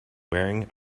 wearing